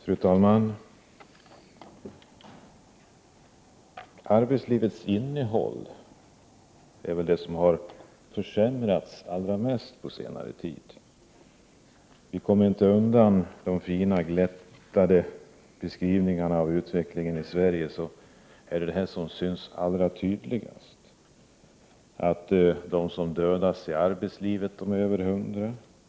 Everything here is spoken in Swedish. Fru talman! Arbetslivets innehåll är det som har försämrats allra mest på senare tid. Vi kommer inte undan att det i de fina glättade beskrivningarna av utvecklingen i Sverige är detta som syns allra tydligast. De som dödats i arbetslivet är över 100.